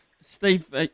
Steve